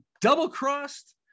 double-crossed